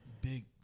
big